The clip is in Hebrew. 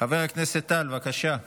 הבנקאות (שירות ללקוח)